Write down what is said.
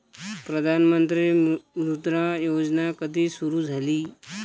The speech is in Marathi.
प्रधानमंत्री मुद्रा योजना कधी सुरू झाली?